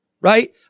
right